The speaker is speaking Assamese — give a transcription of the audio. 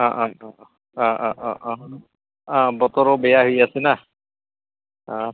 অঁ অঁ অঁ অঁ অঁ অঁ অঁ অঁ বতৰো বেয়া হৈ আছে না অঁ